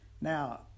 now